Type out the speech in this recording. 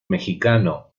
mexicano